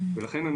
ולכן,